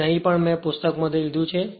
તેથી અહીં પણ મેં એક પુસ્તક માથી લીધું છે